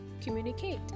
communicate